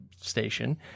station